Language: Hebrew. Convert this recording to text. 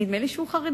נדמה לי שהוא חרדי.